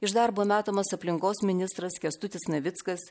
iš darbo metamas aplinkos ministras kęstutis navickas